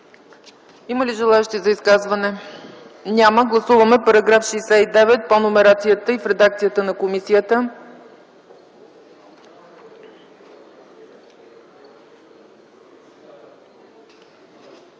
Има ли желаещи за изказване? Няма. Гласуваме § 69 по номерацията и в редакция на комисията.